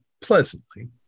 pleasantly